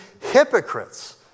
hypocrites